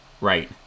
right